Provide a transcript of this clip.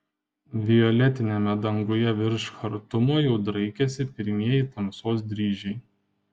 violetiniame danguje virš chartumo jau draikėsi pirmieji tamsos dryžiai